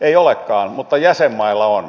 ei olekaan mutta jäsenmailla on